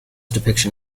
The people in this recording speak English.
depiction